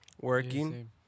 Working